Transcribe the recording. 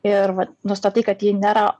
ir vat nustatai kad ji nėra